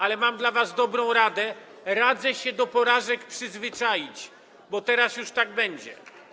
Ale mam dla was dobrą radę: radzę się do porażek przyzwyczaić, bo teraz już tak będzie.